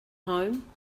home